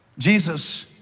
jesus,